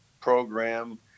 program